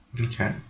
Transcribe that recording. Okay